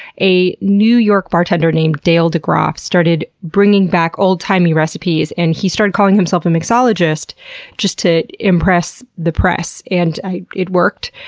a new york bartender named dale degroff started bringing back old-timey recipes, and he started calling himself a mixologist just to impress the press and, it worked.